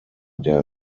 der